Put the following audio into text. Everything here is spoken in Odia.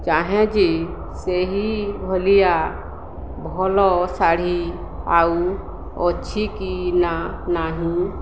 ଚାହେଁ ଯେ ସେହିଭଳିଆ ଭଲ ଶାଢ଼ୀ ଆଉ ଅଛି କି ନା ନାହିଁ